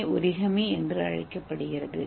ஏ origami என்று அழைக்கப்படுகிறது